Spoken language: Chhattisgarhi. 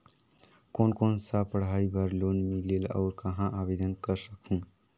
कोन कोन सा पढ़ाई बर लोन मिलेल और कहाँ आवेदन कर सकहुं?